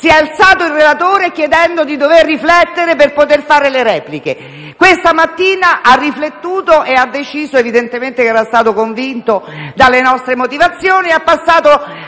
si è alzato chiedendo di poter riflettere per fare le repliche; questa mattina ha riflettuto e ha deciso evidentemente che era stato convinto dalle nostre motivazioni, quindi ha passato